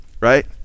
right